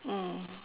mm